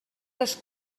les